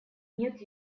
нет